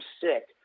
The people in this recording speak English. sick